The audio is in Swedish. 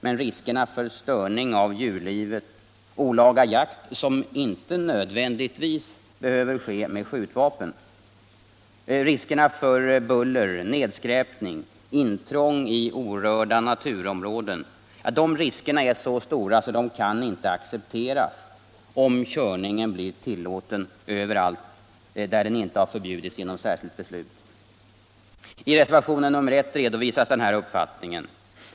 Men riskerna för störning av djurlivet, för olaga jakt, som inte nödvändigtvis behöver ske med skjutvapen, riskerna för buller, nedskräpning, intrång i orörda naturområden, är så stora att de inte kan accepteras, om körningen blir tillåten överallt där den inte har förbjudits genom särskilt beslut. I reservationen 1 redovisas denna uppfattning.